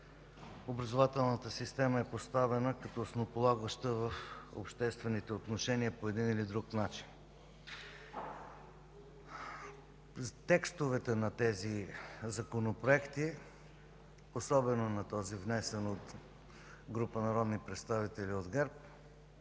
Образователната система е поставена като основополагаща в обществените отношения по един или друг начин. Текстовете на тези законопроекти, особено на този, внесен от група народни представители от ГЕРБ,